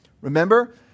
Remember